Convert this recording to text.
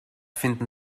findet